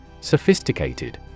Sophisticated